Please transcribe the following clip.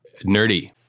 nerdy